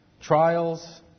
trials